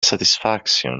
satisfaction